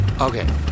Okay